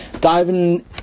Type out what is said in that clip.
diving